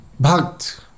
bhakt